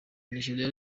nigeria